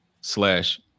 slash